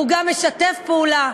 הוא גם משתף פעולה,